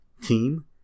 team